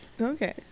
Okay